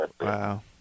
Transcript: Wow